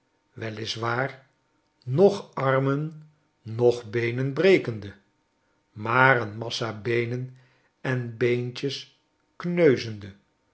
waar noch armen noch beenen brekende maar een massa beenen en beentjes kneuzende